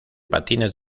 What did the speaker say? patines